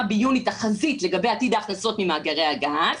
ביוני תחזית לגבי עתיד ההכנסות ממאגרי הגז,